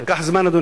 זה לקח זמן, אדוני.